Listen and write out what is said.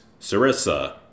Sarissa